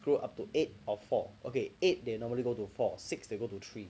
screw up to eight or four okay eight they normally go to four six they go to three